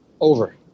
Over